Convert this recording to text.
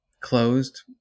closed